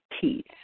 peace